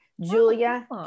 Julia